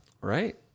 right